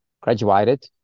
graduated